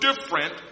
different